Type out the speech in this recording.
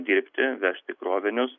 dirbti vežti krovinius